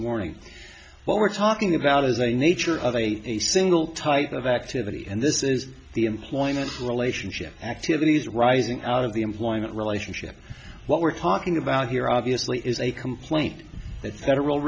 morning what we're talking about is the nature of a single type of activity and this is the employment relationship activity is rising out of the employment relationship what we're talking about here obviously is a complaint that federal